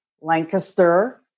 Lancaster